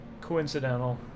coincidental